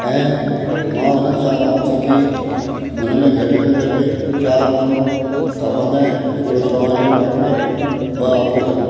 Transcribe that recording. ऐं मां उन्हनि सां रांदि सिखी इनमें घटि में घटि चार माण्हू खपंदा आहिनि हिकिड़ो तव्हांजो पाटनर ॿ आपोनंट